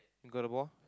you got the ball